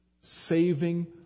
saving